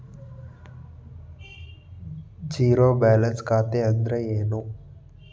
Zero balance ಖಾತೆ ಅಂದ್ರೆ ಏನು?